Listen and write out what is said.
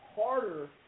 harder